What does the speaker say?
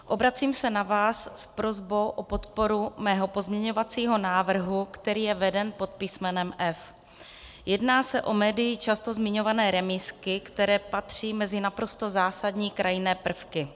Obracím se na vás s prosbou o podporu mého pozměňovacího návrhu, který je veden pod písmenem F. Jedná se o médii často zmiňované remízky, které patří mezi naprosto zásadní krajinné prvky.